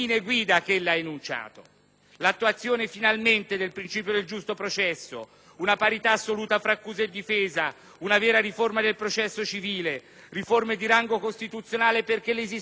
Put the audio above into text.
l'attuazione finalmente del principio del giusto processo; una parità assoluta tra accusa e difesa; una vera riforma del processo civile; riforme di rango costituzionale, perché l'esistente non soltanto è inadeguato,